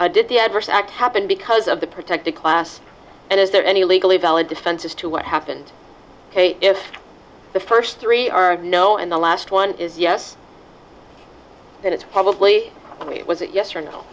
did the adverse act happen because of the protected class and is there any legally valid defense as to what happened if the first three are no and the last one is yes then it's probably me was it yes or no